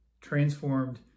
transformed